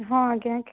ହଁ ଆଜ୍ଞା